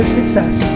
Success